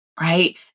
Right